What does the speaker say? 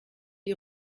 die